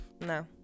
no